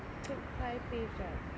good high pay job